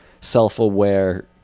self-aware